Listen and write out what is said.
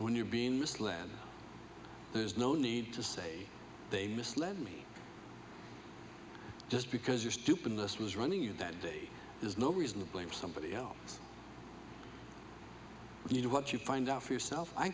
when you're being misled there's no need to say they misled me just because your stupidness was running at that date is no reason to blame somebody else you know what you find out for yourself i